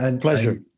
Pleasure